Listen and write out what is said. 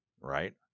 right